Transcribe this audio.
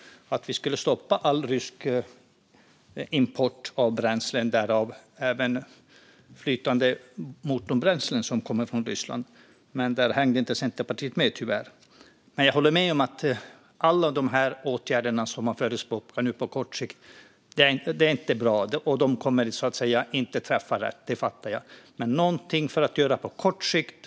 Det handlar om att stoppa all rysk import av bränsle, även flytande motorbränsle som kommer från Ryssland. Men Centerpartiet hängde tyvärr inte med på det. Jag håller dock med om att alla de åtgärder som man föreslår på kort sikt inte är bra. De kommer inte att träffa rätt; det fattar jag. Men någonting behöver vi göra på kort sikt.